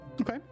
Okay